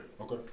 Okay